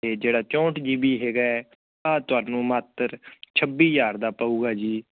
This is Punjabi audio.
ਅਤੇ ਇਹ ਜਿਹੜਾ ਚੌਂਹਠ ਜੀ ਬੀ ਹੈਗਾ ਤੁਹਾਨੂੰ ਮਾਤਰ ਛੱਬੀ ਹਜ਼ਾਰ ਦਾ ਪਵੇਗਾ ਜੀ